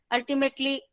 Ultimately